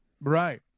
Right